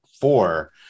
four